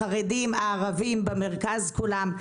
החרדים, הערבים, במרכז, כולם.